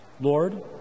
Lord